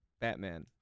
Batman